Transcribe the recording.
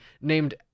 named